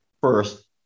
first